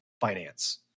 finance